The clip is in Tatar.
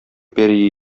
пәрие